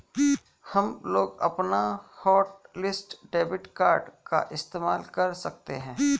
हमलोग अपना hotlist debit card का इस्तेमाल कर सकते हैं